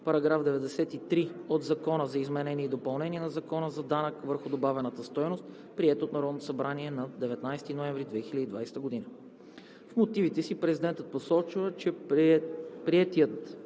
събрание § 93 от Закона за изменение и допълнение на Закона за данък върху добавената стойност, приет от Народното събрание на 19 ноември 2020 г. В мотивите си президентът посочва, че приетият